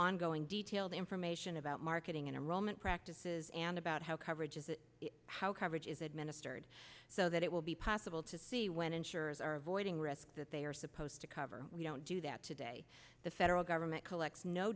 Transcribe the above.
ongoing detailed information about marketing in a roman practices and about how coverage is how coverage is administered so that it will be possible to see when insurers are avoiding risk that they are supposed to cover we don't do that today the federal government collects no